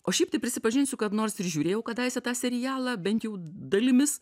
o šiaip tai prisipažinsiu kad nors ir žiūrėjau kadaise tą serialą bent jau dalimis